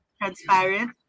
transparent